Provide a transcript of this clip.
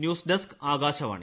news desk Akashvani